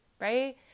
right